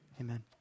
Amen